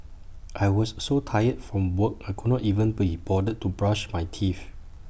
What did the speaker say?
I was so tired from work I could not even bother to brush my teeth